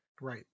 Right